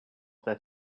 that